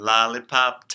Lollipop